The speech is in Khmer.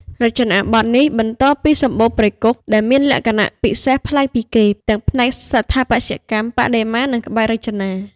រចនាបថនេះបន្តពីសម្បូណ៍ព្រៃគុក ហើយមានលក្ខណៈពិសេសប្លែកពីគេ ទាំងផ្នែកស្ថាបត្យកម្ម បដិមា និងក្បាច់រចនា។